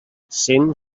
cent